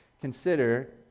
Consider